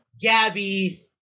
Gabby